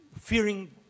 fearing